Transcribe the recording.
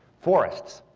forests.